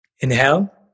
Inhale